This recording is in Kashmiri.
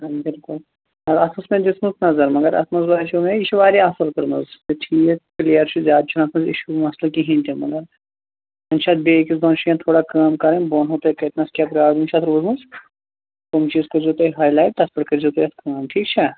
آ بِلکُل اتھ أس مےٚ دِژمٕژ نَظر مَگر اتھ منٛز باسیٚو مےٚ یہِ چھُ واریاہ اصٕل پَلنَرٲس یہِ چھُ ٹھیٖک پُلیر چھُ زیادٕ چھُنہٕ اتھ منٛز اِشوٗ مَسلہٕ کِہیٖنٛۍ تہٕ مطلب وۅنۍ چھِ اتھ بیٚیہِ أکِس دۅن جایَن تھوڑا کٲم کَرٕنۍ بہٕ ونہو تۅہہِ کتنس کیٛاہ پرٛابلِم چھِ اتھ روٗزمٕژ تِم چیٖز کٔرۍزیٚو تُہۍ ہاے لایِٹ تتھ پیٚٹھ کٔرۍزیٚو تُہۍ اتھ کٲم ٹھیٖک چھا